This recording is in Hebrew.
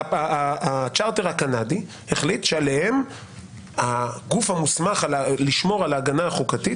הצ'רטר הקנדי החליט שהגוף המוסמך לשמור על ההגנה החוקתית,